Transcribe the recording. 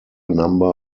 number